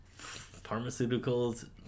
pharmaceuticals